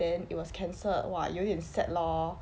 then it was cancelled !wah! 有点 sad lor